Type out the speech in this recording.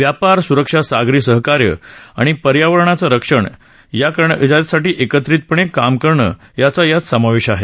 व्यापार सुरक्षा सागरी सहाकार्य आणि पर्यावरणाचं रक्षण करण्यासाठी एकत्रितपणे काम करणं यांचा यात समावेश आहे